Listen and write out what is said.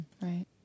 Right